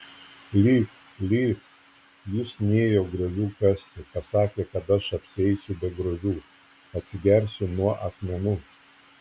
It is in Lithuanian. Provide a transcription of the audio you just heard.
lyk lyk jis nėjo griovių kasti pasakė kad aš apsieisiu be griovių atsigersiu nuo akmenų